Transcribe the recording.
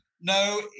no